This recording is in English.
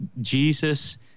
Jesus